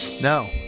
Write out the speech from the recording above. no